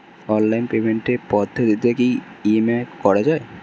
Online পেমেন্টের পদ্ধতিতে কি ই.এম.আই করা যায়?